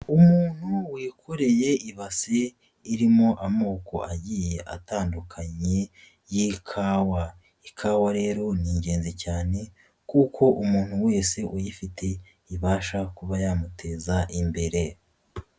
Umuntu wikoreye ibasi irimo amoko agiye atandukanye y'ikawa, ikawa rero ni ingenzi cyane kuko umuntu wese uyifite ibasha kuba yamuteza imbere.